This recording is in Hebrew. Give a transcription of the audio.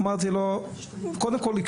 קודם כל,